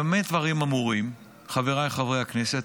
במה דברים אמורים, חבריי חברי הכנסת?